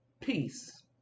peace